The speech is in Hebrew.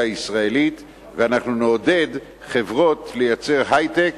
הישראלית ואנחנו נעודד חברות לייצר היי-טק,